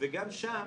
וגם שם